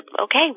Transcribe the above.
okay